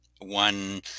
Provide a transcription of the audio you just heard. one